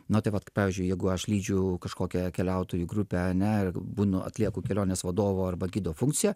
na tai vat kaip pavyzdžiui jeigu aš lydžiu kažkokią keliautojų grupe ane ir būnu atlieku kelionės vadovo arba gido funkciją